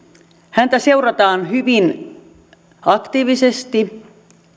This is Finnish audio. häntä seurataan hyvin aktiivisesti